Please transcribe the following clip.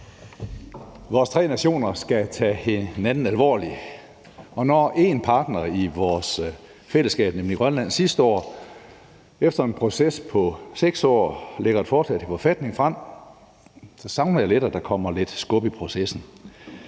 Vores tre nationer skal tage hinanden alvorligt, og når en partner i vores fællesskab, nemlig Grønland, sidste år efter en proces på 6 år lægger et forslag til forfatning frem, savner jeg lidt, at der kommer lidt skub i processen.